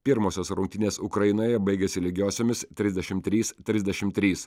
pirmosios rungtynės ukrainoje baigėsi lygiosiomis trisdešimt trys trisdešimt trys